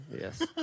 Yes